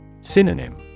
Synonym